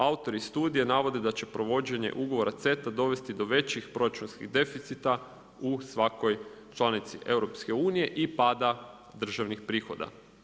Autori studije navode da će provođenje ugovora CETA dovesti do većih proračunskih deficita u svakoj članici EU i pada državnih prihoda.